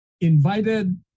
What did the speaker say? invited